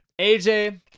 AJ